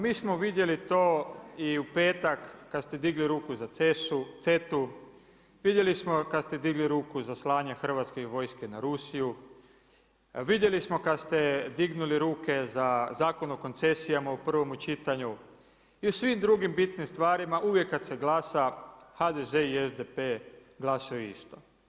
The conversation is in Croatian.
Mi smo vidjeli to i u petak kada ste digli ruku za CETA-u, vidjeli smo kada ste digli ruku za slanje Hrvatske vojske za Rusiju, vidjeli smo kada ste dignuli ruke za Zakon o koncesijama u prvome čitanju i u svim drugim bitnim stvarima uvijek kada se glasa HDZ i SDP glasuju isto.